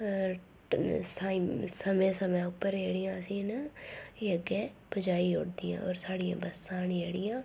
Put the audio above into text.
साइम समें समें उप्पर जेह्ड़ियां असेंगी न एह् अग्गें पजाई ओड़दियां होर साढ़ियां बस्सां न जेह्ड़ियां